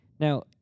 Now